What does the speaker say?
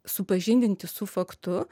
supažindinti su faktu